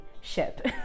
ship